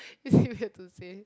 is it weird to say